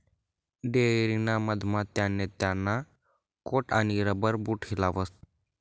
dairy ना मधमा त्याने त्याना कोट आणि रबर बूट हिलावात